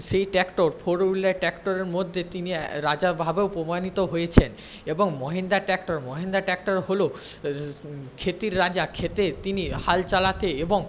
সেই tractor four wheeler ট্র্যাক্টরের মধ্যে তিনি রাজা ভাবেও প্রমাণিত হয়েছেন এবং মহিন্দ্রা ট্র্যাক্টর মহিন্দ্রা ট্র্যাক্টর হল খেতির রাজা খেতে তিনি হাল চালাতে এবং